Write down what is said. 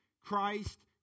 Christ